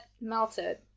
melted